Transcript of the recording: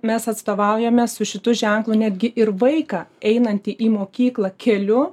mes atstovaujame su šitu ženklu netgi ir vaiką einantį į mokyklą keliu